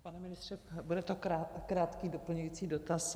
Pane ministře, bude to krátký doplňující dotaz.